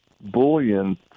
bullion